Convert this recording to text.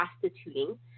prostituting